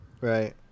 Right